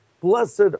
Blessed